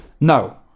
No